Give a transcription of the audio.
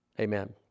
Amen